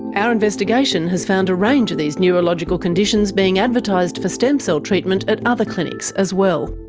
our investigation has found a range of these neurological conditions being advertised for stem cell treatment at other clinics as well.